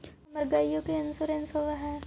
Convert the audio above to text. हमर गेयो के इंश्योरेंस होव है?